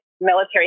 Military